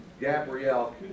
Gabrielle